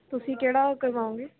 ਤੁਸੀਂ ਕਿਹੜਾ ਕਰਵਾਉਂਗੇ